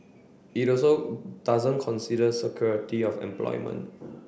it also doesn't consider security of employment